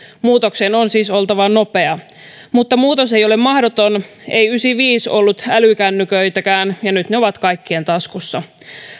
muutoksen on siis oltava nopea mutta muutos ei ole mahdoton ei yhdeksänkymmentäviisi ollut älykännyköitäkään ja nyt ne ovat kaikkien taskussa